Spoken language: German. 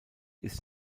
ist